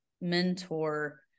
mentor